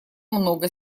много